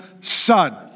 son